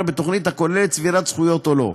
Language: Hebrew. בתוכנית הכוללת צבירת זכויות או לא.